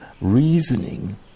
reasoning